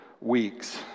weeks